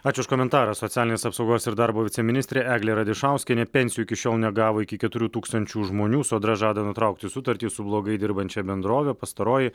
ačiū už komentarą socialinės apsaugos ir darbo viceministrė eglė radišauskienė pensijų iki šiol negavo iki keturių tūkstančių žmonių sodra žada nutraukti sutartį su blogai dirbančia bendrove pastaroji